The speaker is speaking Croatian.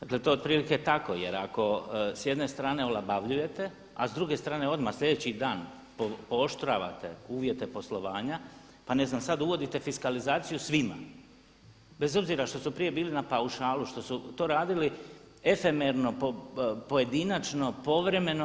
Dakle, to je otprilike tako, jer ako s jedne strane olabavljujete, a s druge strane odmah sljedeći dan pooštravate uvjete poslovanja, pa ne znam sad uvodite fiskalizaciju svima bez obzira što su prije bili na paušalu, što su to radili efemerno pojedinačno, povremeno.